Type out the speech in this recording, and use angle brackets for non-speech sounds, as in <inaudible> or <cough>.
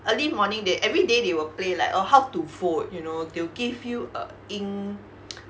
early morning they every day they will play like err how to vote you know they'll give you a ink <noise> <breath>